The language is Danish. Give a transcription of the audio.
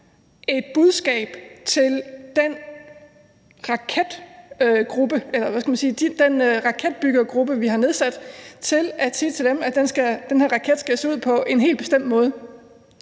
et budskab til den raketbyggergruppe, vi har nedsat, om, at den her raket skal se ud på en helt bestemt måde.